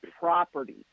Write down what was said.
property